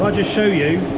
ah just show you